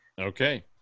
okay